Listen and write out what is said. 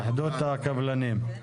התאחדות הקבלנים, בקשה.